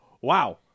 wow